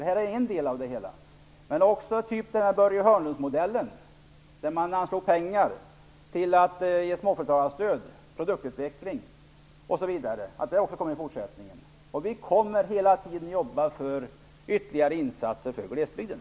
Det här är en del av det hela. Men det kan också handla om förslag av Börje Hörnlunds modell, att pengar anslås till småföretagarstöd, produktutveckling, osv. Också denna modell bör finnas med i fortsättningen. Vi kommer hela tiden att jobba för ytterligare insatser för glesbygden.